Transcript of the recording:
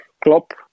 Klopp